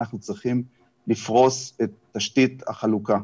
אנחנו צריכים לפרוס את תשתית החלוקה.